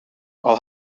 will